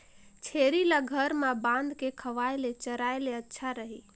छेरी ल घर म बांध के खवाय ले चराय ले अच्छा रही?